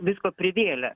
visko privėlė